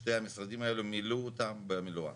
שני המשרדים האלו מילאו אותם במלואם.